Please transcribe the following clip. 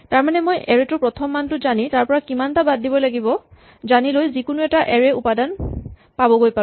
তাৰমানে মই এৰে ৰ প্ৰথম মানটো জানি তাৰ পৰা কিমানটা বাদ দিব লাগিব জানি লৈ যিকোনো এটা এৰে ৰ উপাদান পাবগৈ পাৰো